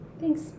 Thanks